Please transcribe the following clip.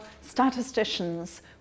statisticians